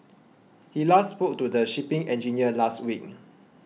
he last spoke to the shipping engineer last week